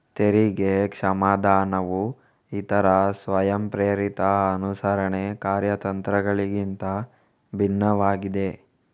ತೆರಿಗೆ ಕ್ಷಮಾದಾನವು ಇತರ ಸ್ವಯಂಪ್ರೇರಿತ ಅನುಸರಣೆ ಕಾರ್ಯತಂತ್ರಗಳಿಗಿಂತ ಭಿನ್ನವಾಗಿದೆ